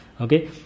Okay